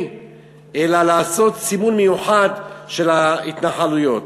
אלא לעשות סימון מיוחד של ההתנחלויות.